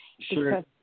Sure